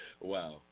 Wow